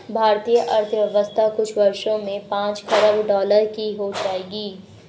भारतीय अर्थव्यवस्था कुछ वर्षों में पांच खरब डॉलर की हो जाएगी